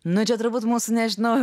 na čia turbūt mūsų nežinau